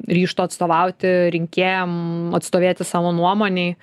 ryžto atstovauti rinkėjam atstovėti savo nuomonei